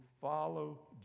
follow